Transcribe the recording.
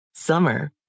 Summer